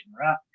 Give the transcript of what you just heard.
right